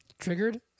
triggered